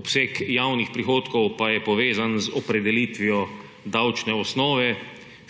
obseg javnih prihodkov pa je povezan z opredelitvijo davčne osnove,